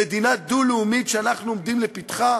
במדינה דו-לאומית שאנחנו עומדים לפתחה,